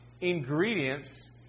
ingredients